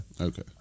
Okay